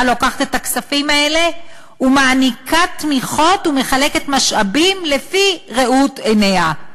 לוקחת את הכספים האלה ומעניקה תמיכות ומחלקת משאבים לפי ראות עיניה.